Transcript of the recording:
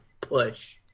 push